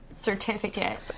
certificate